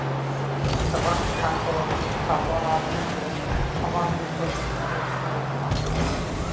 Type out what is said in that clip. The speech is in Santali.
ᱪᱟᱯᱟᱫ ᱠᱮᱫ ᱠᱷᱟᱱ ᱠᱚ ᱛᱟᱨᱯᱚᱨ ᱟᱨ ᱢᱤᱫᱴᱮᱡ ᱟᱵᱟᱨ ᱯᱤᱥᱛᱚᱞ ᱛᱮ ᱴᱷᱩ ᱟᱸᱡᱚᱢ ᱮᱱᱟ